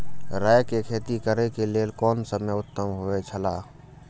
राय के खेती करे के लेल कोन समय उत्तम हुए छला?